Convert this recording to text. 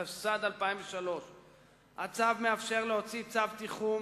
התשס"ד 2003. הצו מאפשר להוציא צו תיחום